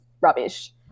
rubbish